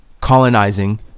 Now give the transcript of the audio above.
colonizing